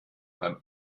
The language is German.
beim